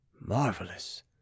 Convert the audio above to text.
Marvelous